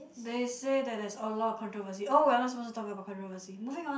they say that there's a lot of controversy oh we're not supposed to talk about controversy moving on